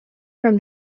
from